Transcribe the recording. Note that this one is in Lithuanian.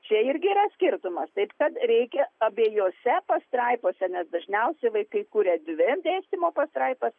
čia irgi yra skirtumas taip kad reikia abiejose pastraipose nes dažniausiai vaikai kuria dvi dėstymo pastraipas